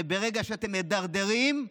וברגע שאתם מדרדרים,